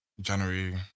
January